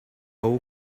all